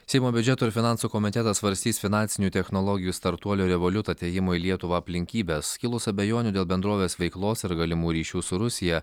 seimo biudžeto ir finansų komitetas svarstys finansinių technologijų startuolio revoliut atėjimo į lietuvą aplinkybes kilus abejonių dėl bendrovės veiklos ir galimų ryšių su rusija